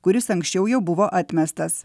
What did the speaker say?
kuris anksčiau jau buvo atmestas